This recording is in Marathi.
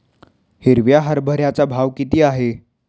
हिरव्या हरभऱ्याचा भाव किती आहे?